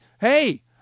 hey